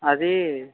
అదీ